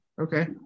Okay